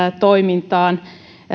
toimintaan